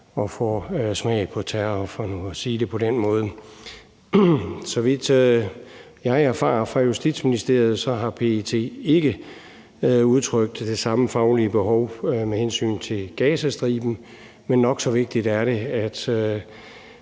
det på den måde. Så vidt jeg erfarer fra Justitsministeriet, har PET ikke udtrykt det samme faglige behov med hensyn til Gazastriben. Men nok så vigtigt er det,